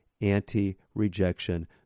anti-rejection